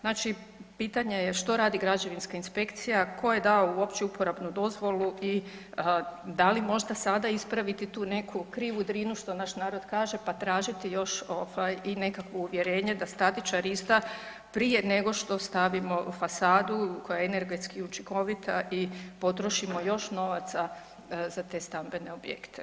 Znači što radi građevinska inspekcija, tko je dao uopće uporabnu dozvolu i da li možda sada ispraviti tu neku krivu Drinu što naš narod kaže pa tražiti još i nekakvo uvjerenje da statičar izda prije nego što stavimo fasadu koja je energetski učinkovita i potrošimo još novaca za te stambene objekte.